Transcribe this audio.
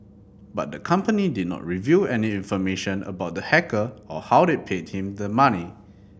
but the company did not reveal any information about the hacker or how it paid him the money